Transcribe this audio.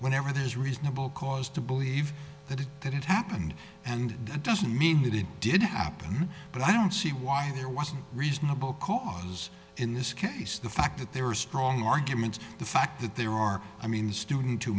whenever there's reasonable cause to believe that it that it happened and that doesn't mean that it didn't happen but i don't see why there was a reasonable cause in this case the fact that there are strong arguments the fact that there are i mean the student who